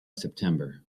september